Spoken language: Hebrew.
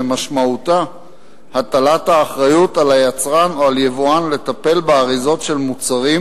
שמשמעותה הטלת האחריות על יצרן או על יבואן לטפל באריזות של מוצרים